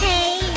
Hey